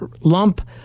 lump